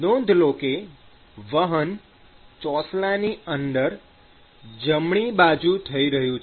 નોંધ લો કે વહન ચોસલાની અંદર જમણી બાજુ થઈ રહ્યું છે